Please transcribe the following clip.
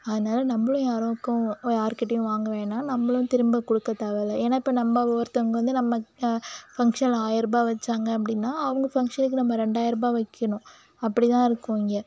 அதனால் நம்பளும் யாருக்கிட்டேயும் வாங்க வேணாம் நம்பளும் திரும்ப கொடுக்க தேவையில்ல ஏனால் இப்போ நம்ப ஒருத்தவங்கள் வந்து நம்ப ஃபங்ஷனில் ஆயர்ரூபாய் வைச்சாங்க அப்படினா அவங்கள் ஃபங்ஷனுக்கு நம்ப ரெண்டாயிரரூபாய் வைக்கணும் அப்படிதான் இருக்கும் இங்கே